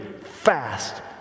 fast